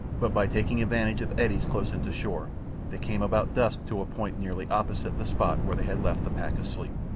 but by taking advantage of eddies close in to shore they came about dusk to a point nearly opposite the spot where they had left the pack asleep.